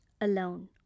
alone